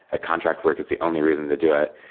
contract work is the only reason they do it.